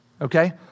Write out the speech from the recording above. okay